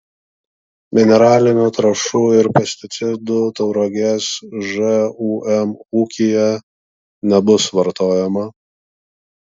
mineralinių trąšų ir pesticidų tauragės žūm ūkyje nebus vartojama